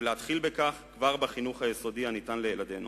ולהתחיל בכך כבר בחינוך היסודי הניתן לילדינו.